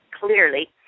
clearly